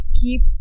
keep